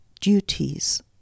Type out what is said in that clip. duties